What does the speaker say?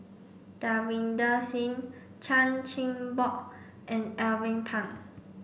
Davinder Singh Chan Chin Bock and Alvin Pang